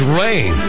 rain